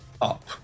up